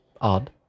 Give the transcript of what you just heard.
odd